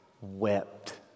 wept